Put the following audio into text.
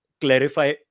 clarify